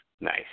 Nice